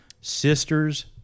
sister's